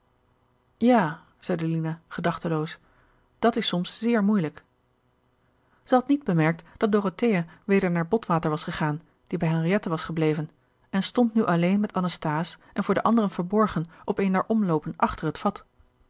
ja zeide lina gedachteloos dat is soms zeer moeilijk zij had niet bemerkt dat dorothea weder naar botwater was gegaan die bij henriette was gebleven en stond nu alleen met anasthase en voor de anderen verborgen op een der omloopen achter het vat